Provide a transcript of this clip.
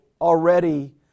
already